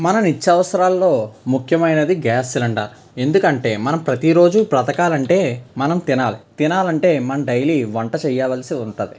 మన నిత్య అవసరాల్లో ముఖ్యమైనది గ్యాస్ సిలిండర్ ఎందుకంటే మనం ప్రతి రోజు బ్రతకాలంటే మనం తినాలి తినాలంటే మనం డైలీ వంట చేయావల్సి వుంటుంది